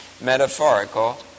metaphorical